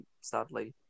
sadly